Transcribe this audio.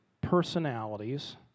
personalities